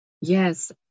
Yes